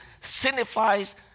signifies